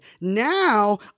Now